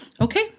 Okay